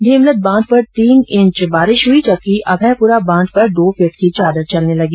भीमलत बांध पर तीन इंच हुई जबकि अभयपुरा बांध पर दो फीट की चादर चलने लगी